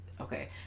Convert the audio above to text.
okay